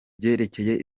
byerekeye